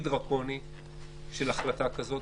זה אמצעי דרקוני של החלטה כזאת,